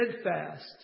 steadfast